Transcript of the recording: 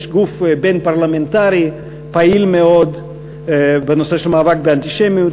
יש גוף בין-פרלמנטרי פעיל מאוד בנושא של מאבק באנטישמיות,